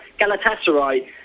Galatasaray